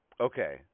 Okay